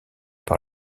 par